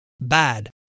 bad